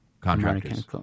Contractors